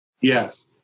Yes